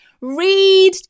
Read